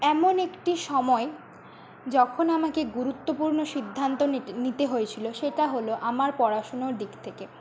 এমন একটি সময় যখন আমাকে গুরুত্বপূর্ণ সিদ্ধান্ত নি নিতে হয়েছিলো সেটা হলো আমার পড়াশুনোর দিক থেকে